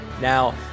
Now